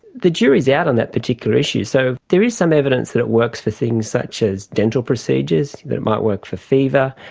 the jury is out on that particular issue. so there is some evidence that it works for things such as dental procedures, it might work for fever,